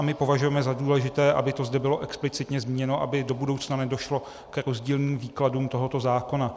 My považujeme za důležité, aby to zde bylo explicitně zmíněno, aby do budoucna nedošlo k rozdílným výkladům tohoto zákona.